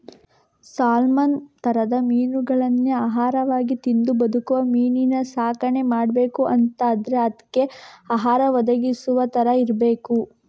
salmon ತರದ ಮೀನುಗಳನ್ನೇ ಆಹಾರವಾಗಿ ತಿಂದು ಬದುಕುವ ಮೀನಿನ ಸಾಕಣೆ ಮಾಡ್ಬೇಕು ಅಂತಾದ್ರೆ ಅದ್ಕೆ ಆಹಾರ ಒದಗಿಸುವ ತರ ಇರ್ಬೇಕು